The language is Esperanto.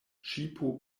ŝipo